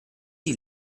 die